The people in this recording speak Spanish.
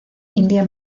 india